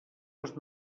les